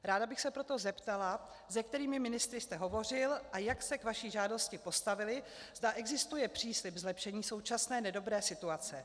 Ráda bych se proto zeptala, se kterými ministry jste hovořil a jak se k vaší žádosti postavili, zda existuje příslib zlepšení současné nedobré situace.